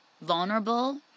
vulnerable